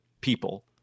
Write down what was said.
people